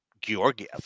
Georgiev